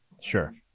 Sure